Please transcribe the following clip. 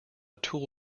tool